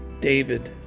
David